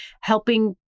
helping